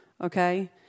okay